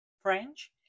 French